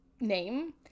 name